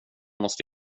måste